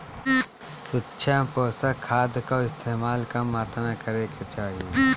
सूक्ष्म पोषक खाद कअ इस्तेमाल कम मात्रा में करे के चाही